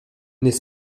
n’est